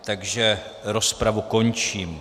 Takže rozpravu končím.